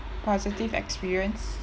positive experience